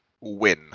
win